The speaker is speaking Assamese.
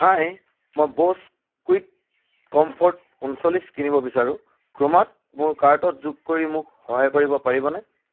হাই মই ব'ছ কুইক কমফৰ্ট পঞ্চল্লিছ কিনিব বিচাৰোঁ ক্ৰোমাত মোৰ কাৰ্টত যোগ কৰি মোক সহায় কৰিব পাৰিবনে